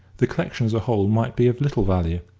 the collection as a whole might be of little value,